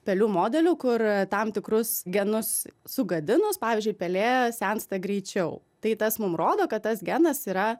pelių modelių kur tam tikrus genus sugadinus pavyzdžiui pelė sensta greičiau tai tas mum rodo kad tas genas yra